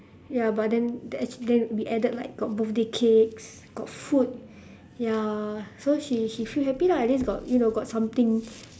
ya but then actually then we added like got birthday cakes got food ya so she she feel happy lah at least got you know got something